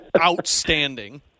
outstanding